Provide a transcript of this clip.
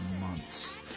months